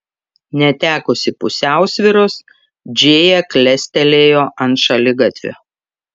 netekusi pusiausvyros džėja klestelėjo ant šaligatvio